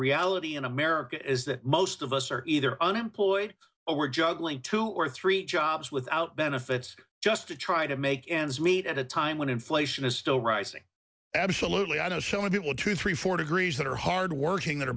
reality in america is that most of us are either unemployed or we're juggling two or three jobs without benefits just to try to make ends meet at a time when inflation is still rising absolutely i know someone who will two three four degrees that are hard working that are